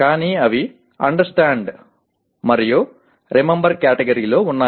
కానీ అవి understand and remember కేటగిరీలో ఉన్నాయి